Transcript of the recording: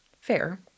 fair